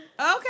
Okay